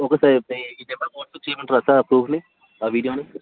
okay sir ఇప్పుడు ఈ నెంబర్కి వాట్సప్ చేయమంటారా సార్ ఈ ప్రూఫ్ని ఆ వీడియోని